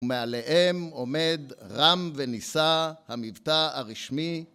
ומעליהם עומד רם ונישא המבטא הרשמי